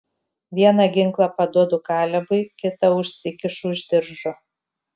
vieną ginklą paduodu kalebui kitą užsikišu už diržo